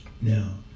Now